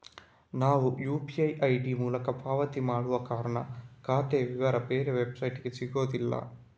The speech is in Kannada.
ನಾವು ಯು.ಪಿ.ಐ ಐಡಿ ಮೂಲಕ ಪಾವತಿ ಮಾಡುವ ಕಾರಣ ಖಾತೆಯ ವಿವರ ಬೇರೆ ವೆಬ್ಸೈಟಿಗೆ ಸಿಗುದಿಲ್ಲ